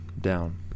Down